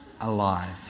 alive